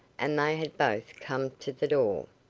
and they had both come to the door.